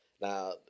Now